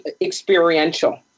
experiential